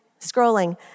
scrolling